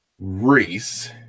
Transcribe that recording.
Reese